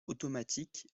automatique